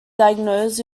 diagnosed